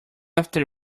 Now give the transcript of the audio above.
after